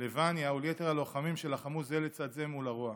לווניה וליתר הלוחמים שלחמו זה לצד זה מול הרוע.